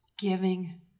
giving